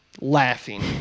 laughing